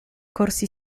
corsi